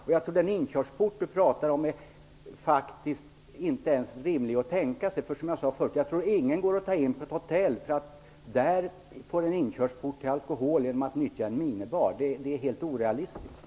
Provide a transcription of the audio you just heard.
Jag tror den inkörsport Stig Sandström talar om inte ens är rimlig att tänka sig. Som jag sade förut: jag tror ingen tar in på ett hotell för att där få en inkörsport till alkohol genom att utnyttja en minibar. Det är helt orealistiskt.